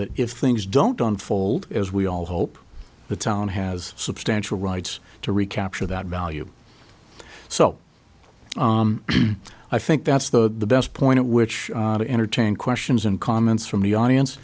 that if things don't don't fold as we all hope the town has substantial rights to recapture that value so i think that's the best point at which to entertain questions and comments from the audience